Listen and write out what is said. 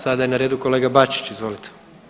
Sada je na redu kolega Bačić izvolite.